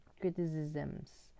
criticisms